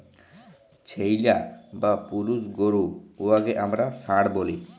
ছেইল্যা বা পুরুষ গরু উয়াকে আমরা ষাঁড় ব্যলি